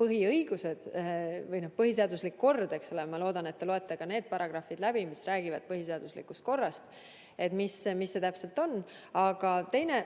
põhiõigused või põhiseaduslik kord – ma loodan, et te loete ka need paragrahvid läbi, mis räägivad põhiseaduslikust korrast, et mis see täpselt on. Aga teine